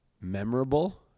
memorable